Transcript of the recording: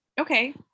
okay